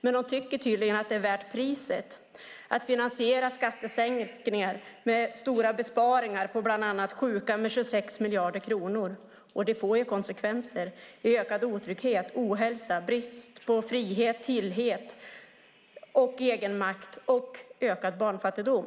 Men hon tycker tydligen att det är värt priset att finansiera skattesänkningar med stora besparingar på bland annat sjuka med 26 miljarder kronor. Det får konsekvenser i form av ökad otrygghet, ohälsa samt brist på frihet, tillit och egenmakt och i form av ökad barnfattigdom.